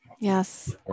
Yes